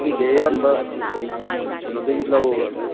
ꯑꯇꯩꯗꯤ ꯑꯌꯥꯝꯕ ꯀꯩꯅꯣꯗꯒꯤ ꯂꯧꯔꯅꯤ